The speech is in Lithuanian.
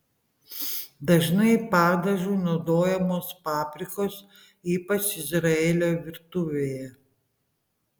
dažnai padažui naudojamos paprikos ypač izraelio virtuvėje